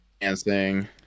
dancing